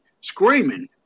screaming